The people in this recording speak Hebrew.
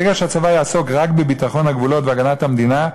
ברגע שהצבא יעסוק רק בביטחון הגבולות והגנת המדינה,